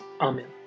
Amen